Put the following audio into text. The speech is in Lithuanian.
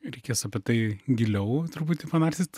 reikės apie tai giliau truputį panarstyt